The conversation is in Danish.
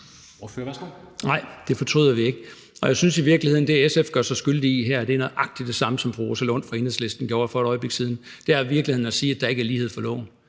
Thulesen Dahl (DF): Nej, det fortryder vi ikke, og jeg synes i virkeligheden, at det, SF gør sig skyldig i her, er nøjagtig det samme, som fru Rosa Lund fra Enhedslisten gjorde for et øjeblik siden. Det er i virkeligheden at sige, at der ikke er lighed for loven.